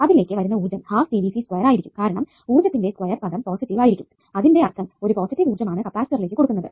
അതിലേക്ക് വരുന്ന ഊർജ്ജം ആയിരിക്കും കാരണം ഊർജ്ജത്തിന്റെ സ്ക്വയർ പദം പോസിറ്റീവ് ആയിരിക്കും അതിന്റെ അർത്ഥം ഒരു പോസിറ്റീവ് ഊർജ്ജം ആണ് കപ്പാസിറ്ററിലേക്ക് കൊടുക്കുന്നത്